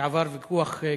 שעבר ויכוח קשה.